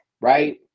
right